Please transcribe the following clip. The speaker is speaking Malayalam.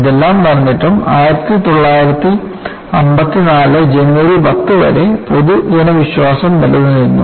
ഇതെല്ലാം നടന്നിട്ടും 1954 ജനുവരി 10 വരെ പൊതുജനവിശ്വാസം നിലനിന്നിരുന്നു